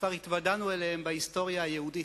כבר התוודענו אליהן בהיסטוריה היהודית.